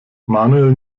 manuel